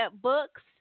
books